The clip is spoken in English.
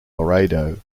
laredo